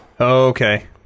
Okay